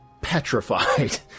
petrified